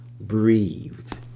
breathed